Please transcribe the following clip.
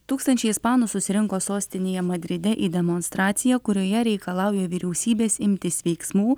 tūkstančiai ispanų susirinko sostinėje madride į demonstraciją kurioje reikalauja vyriausybės imtis veiksmų